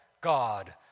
God